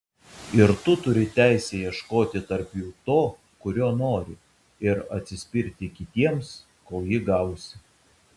ir tu turi teisę ieškoti tarp jų to kurio nori ir atsispirti kitiems kol jį gausi